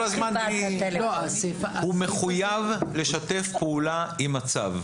הוא מחויב לשתף פעולה עם הצו.